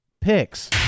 Picks